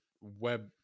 web